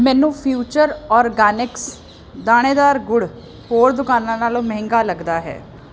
ਮੈਨੂੰ future organics ਦਾਣੇਦਾਰ ਗੁੜ ਹੋਰ ਦੁਕਾਨਾਂ ਨਾਲੋਂ ਮਹਿੰਗਾ ਲੱਗਦਾ ਹੈ